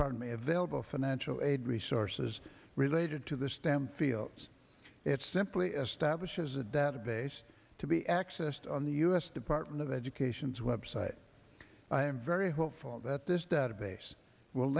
pardon me available financial aid resources related to the stem fields it simply establishes a database to be accessed on the u s department of education's website i am very hopeful that this database will